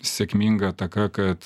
sėkminga ataka kad